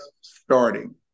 starting